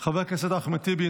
חבר הכנסת אחמד טיבי,